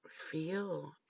feel